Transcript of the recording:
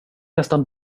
nästan